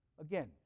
Again